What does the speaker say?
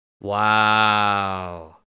Wow